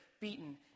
beaten